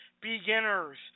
beginners